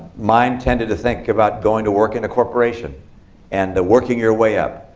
mine tended to think about going to work in a corporation and working your way up.